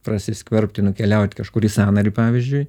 prasiskverbti nukeliauti kažkur į sąnarį pavyzdžiui